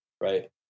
right